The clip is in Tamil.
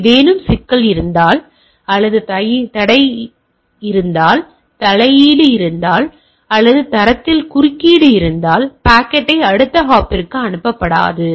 ஏதேனும் சிக்கல் இருந்தால் அல்லது தலையீடு இருந்தால் அல்லது தரத்தில் குறுக்கீடு இருந்தால் பாக்கெட் அடுத்த ஹாப்பிற்கு அனுப்பப்படாது